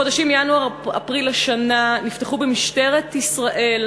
בחודשים ינואר אפריל השנה נפתחו במשטרת ישראל